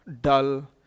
dull